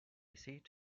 seat